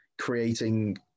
creating